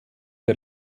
der